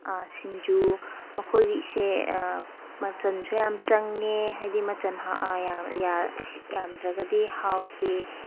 ꯁꯤꯡꯖꯨ ꯃꯈꯣꯏꯁꯦ ꯃꯈꯜꯁꯨ ꯌꯥꯝ ꯆꯪꯉꯦ ꯍꯥꯏꯗꯤ ꯃꯆꯜ ꯌꯥꯝꯗ꯭ꯔꯒꯗꯤ ꯍꯥꯎꯇꯦ